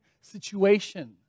situation